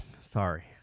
Sorry